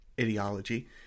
ideology